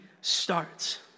starts